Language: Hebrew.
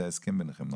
זה ההסכם ביניכם?